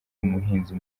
umuhinzi